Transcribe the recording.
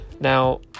Now